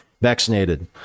vaccinated